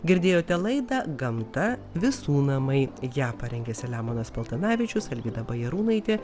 girdėjote laidą gamta visų namai ją parengė selemonas paltanavičius alvyda bajarūnaitė